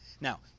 Now